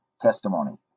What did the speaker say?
testimony